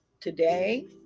today